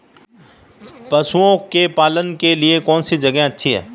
पशुओं के पालन के लिए कौनसी जगह अच्छी है?